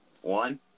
One